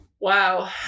Wow